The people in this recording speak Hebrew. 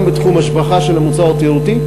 גם בתחום ההשבחה של המוצר התיירותי,